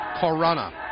Corona